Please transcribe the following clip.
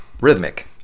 Rhythmic